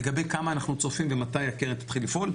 לגבי כמה אנחנו צופים ומתי הקרן תתחיל לפעול.